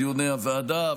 בדיוני הוועדה.